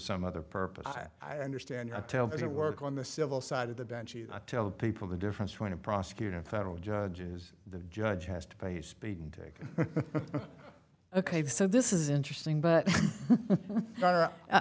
some other purpose i understand i tell them to work on the civil side of the bench tell people the difference between a prosecutor and federal judges the judge has to pay speeding ticket ok so this is interesting but